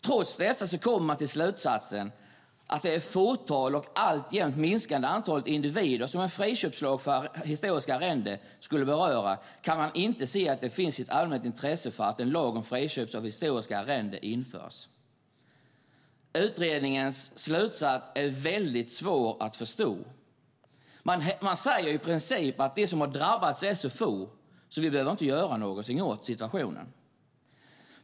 Trots detta kommer man fram till slutsatsen att man inte kan se att det finns ett allmänt intresse att en lag om friköp av historiska arrenden införs för det fåtal, och alltjämt minskande antal, individer som en friköpslag för historiska arrenden skulle beröra. Utredningens slutsats är väldigt svår att förstå. Man säger i princip att de som drabbas är så få så att vi inte behöver göra något åt situationen.